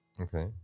Okay